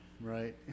right